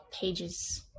pages